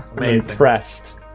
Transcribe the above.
Impressed